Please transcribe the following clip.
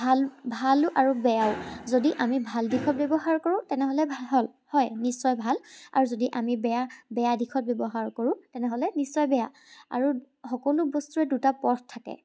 ভাল ভালো আৰু বেয়াও যদি আমি ভাল দিশত ব্যৱহাৰ কৰোঁ তেনেহ'লে ভাল হয় নিশ্চয় ভাল আৰু যদি আমি বেয়া বেয়া দিশত ব্যৱহাৰ কৰোঁ তেনেহ'লে নিশ্চয় বেয়া আৰু সকলো বস্তুৰে দুটা পথ থাকে